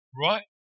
Right